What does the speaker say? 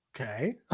Okay